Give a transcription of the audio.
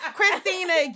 Christina